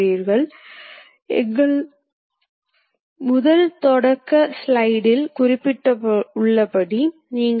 ஏனெனில் இந்த இடங்களில் துளையிட முயற்சிக்கிறோம் என்று வைத்துக்கொள்வோம்